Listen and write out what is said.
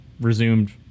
resumed